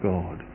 God